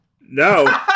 No